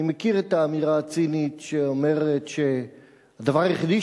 אני מכיר את האמירה הצינית שאומרת שהדבר היחידי